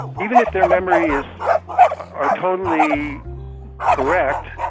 even if their memory is ah totally correct,